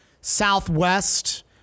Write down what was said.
southwest